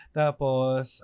tapos